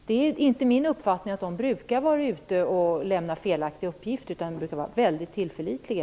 Det är inte min uppfattning att Amnesty brukar lämna felaktiga uppgifter, utan de brukar vara väldigt tillförlitliga.